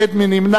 מי נמנע?